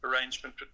arrangement